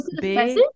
big